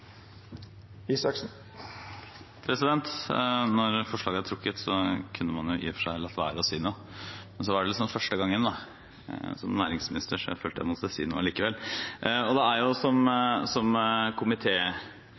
frå Venstre. Når forslaget er trukket, kunne man i og for seg latt være å si noe. Men så er det første gang jeg får ordet som næringsminister, så jeg følte jeg måtte si noe allikevel. Som et av komitémedlemmene allerede har redegjort for, er det